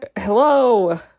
Hello